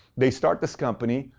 they start this company.